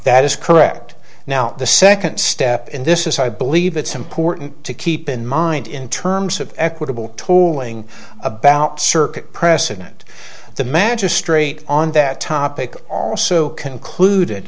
that is correct now the second step in this is i believe it's important to keep in mind in terms of equitable tolling about circuit precedent the magistrate on that topic also concluded